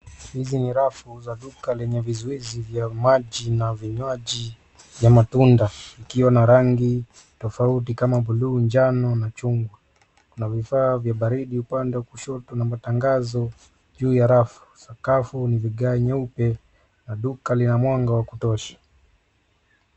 Hizi ni rafu za duka lenye vizuizi vya maji na vinywaji vya matunda ikiwa na rangi tofauti kama bluu, njano na chungwa na vifaa vya baridi upande wa kushoto na matangazo juu ya rafu sakafu ni vigae nyeupe na duka lina mwanga wa kutosha.